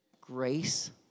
grace